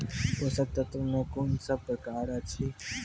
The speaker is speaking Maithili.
पोसक तत्व मे कून सब प्रकार अछि?